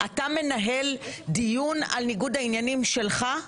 אתה מנהל דיון על ניגוד העניינים שלך?